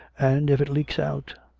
and if it leaks out?